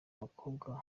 bakobwa